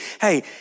hey